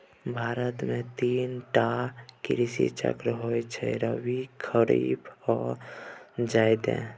भारत मे तीन टा कृषि चक्र होइ छै रबी, खरीफ आ जाएद